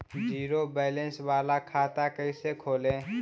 Zero balance बाला खाता कैसे खोले?